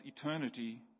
eternity